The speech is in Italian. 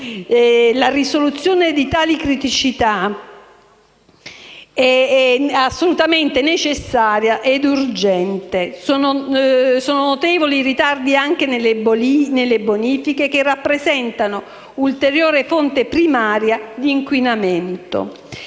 La risoluzione di tali criticità è assolutamente necessaria e urgente. Sono notevoli i ritardi anche nelle bonifiche che rappresentano ulteriore fonte primaria di inquinamento.